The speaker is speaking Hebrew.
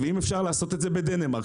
ואם אפשר לעשות את זה בדנמרק,